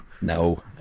No